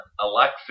Alexei